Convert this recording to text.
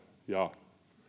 ja